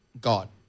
God